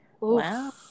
wow